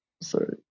Sorry